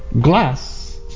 Glass